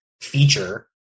feature